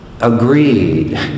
agreed